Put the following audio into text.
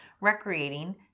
recreating